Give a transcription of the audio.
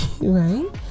right